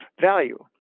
Value